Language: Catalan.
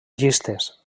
llistes